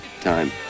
time